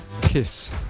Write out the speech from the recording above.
Kiss